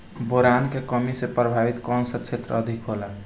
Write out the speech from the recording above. Boron के कमी से प्रभावित कौन सा क्षेत्र अधिक होला?